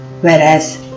Whereas